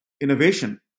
innovation